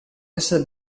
essere